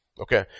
Okay